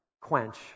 quench